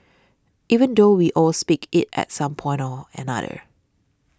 even though we all speak it at some point or another